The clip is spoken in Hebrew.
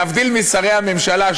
להבדיל משרי הממשלה,